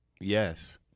Yes